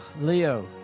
Leo